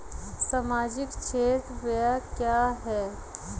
सामाजिक क्षेत्र व्यय क्या है?